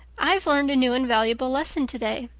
i've learned a new and valuable lesson today.